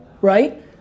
right